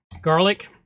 Garlic